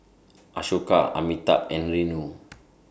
Ashoka Amitabh and Renu